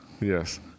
Yes